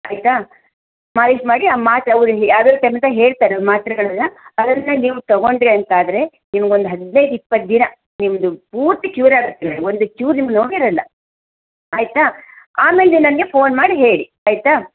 ಆಯಿತಾ ಮಾಲೀಶ್ ಮಾಡಿ ಆ ಮಾತ್ರೆ ಅವರು ಯಾವ್ಯಾವ್ದಂತ ಹೇಳ್ತಾರೆ ಆ ಮಾತ್ರೆಗಳೆಲ್ಲ ಅದನ್ನೆ ನೀವು ತಗೊಂಡ್ರಿ ಅಂತಾದರೆ ನಿಮಗೊಂದು ಹದಿನೈದು ಇಪ್ಪತ್ತು ದಿನ ನಿಮ್ಮದು ಪೂರ್ತಿ ಕ್ಯೂರ್ ಆಗತ್ತೆ ಒಂದು ಚೂರು ನಿಮಗೆ ನೋವಿರಲ್ಲ ಆಯಿತಾ ಆಮೇಲೆ ನೀವು ನನಗೆ ಫೋನ್ ಮಾಡಿ ಹೇಳಿ ಆಯಿತಾ